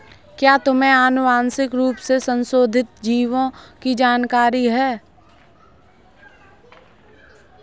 क्या तुम्हें आनुवंशिक रूप से संशोधित जीवों की जानकारी है?